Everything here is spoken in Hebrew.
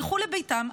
ילכו לביתם,